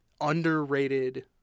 underrated